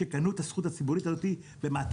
שקנו את הזכות הציבורית הזאת ב-240,000,